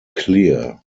clear